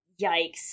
yikes